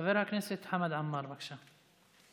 חבר הכנסת חמד עמאר, בבקשה.